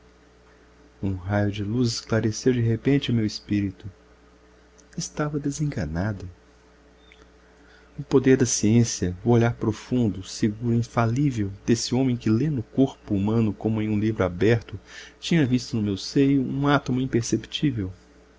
um raio de luz esclareceu de repente o meu espírito estava desenganada o poder da ciência o olhar profundo seguro infalível desse homem que lê no corpo humano como em um livro aberto tinha visto no meu seio um átomo imperceptível